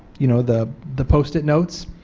you know the the post-it notes,